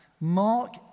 Mark